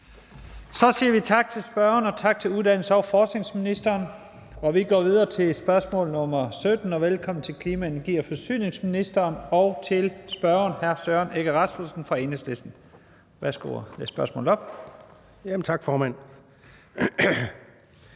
Så siger vi tak til spørgeren og tak til uddannelses- og forskningsministeren. Vi går videre til spørgsmål nr. 17. Velkommen til klima-, energi- og forsyningsministeren og til spørgeren, hr. Søren Egge Rasmussen fra Enhedslisten. Kl. 15:06 Spm. nr.